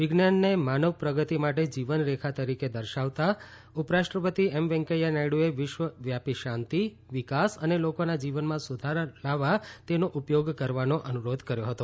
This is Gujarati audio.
વિજ્ઞાનને માનવ પ્રગતિ માટે જીવનરેખા તરીકે દર્શાવતા ઉપરાષ્ટ્રપતિ વૈકેથા નાયડુએ વિશ્વવ્યાપી શાંતિ વિકાસ અને લોકોના જીવનમાં સુધારો લાવવા તેનો ઉપયોગ કરવાનો અનુરોધ કર્યો હતો